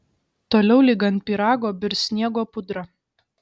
toliau lyg ant pyrago birs sniego pudra